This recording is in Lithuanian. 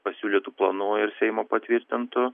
pasiūlytu planu ir seimo patvirtintu